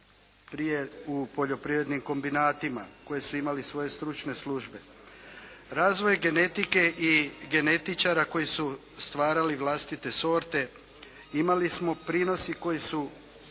ili u poljoprivrednim kombinatima koji su imali svoje stručne službe. Razvoj genetike i genetičara koji su stvarali vlastite sorte imali smo prinosi koji su